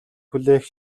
хүлээх